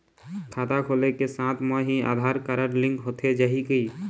खाता खोले के साथ म ही आधार कारड लिंक होथे जाही की?